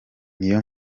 niyo